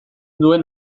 duen